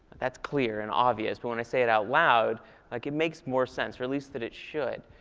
that's clear and obvious, but when i say it out loud like it makes more sense, or at least that it should.